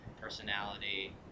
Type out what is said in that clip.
personality